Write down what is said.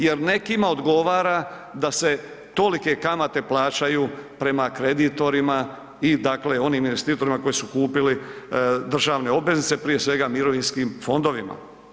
Jel nekima odgovara da se tolika kamate plaćaju prema kreditorima i onim investitorima koji su kupili državne obveznice, prije svega mirovinskim fondovima.